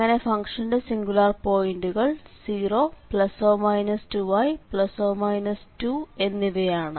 അങ്ങനെ ഫംഗ്ഷന്റെ സിംഗുലാർ പോയിന്റുകൾ 0±2i±2 എന്നിവയാണ്